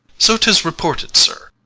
so tis reported, sir.